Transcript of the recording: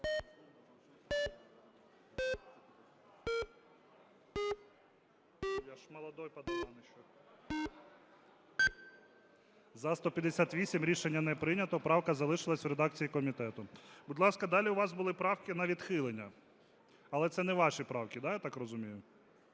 За-158 Рішення не прийнято. Правка залишилася в редакції комітету. Будь ласка, далі у вас були правки на відхилення. Але це не ваші правки, так я розумію?